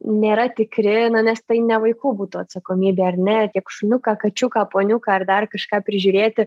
nėra tikri nes tai ne vaikų būtų atsakomybė ar ne tiek šuniuką kačiuką poniuką ar dar kažką prižiūrėti